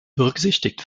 berücksichtigt